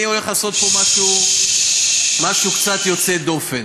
אני הולך לעשות פה משהו קצת יוצא דופן,